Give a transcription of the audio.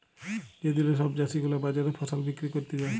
যে দিলে সব চাষী গুলা বাজারে ফসল বিক্রি ক্যরতে যায়